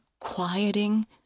quieting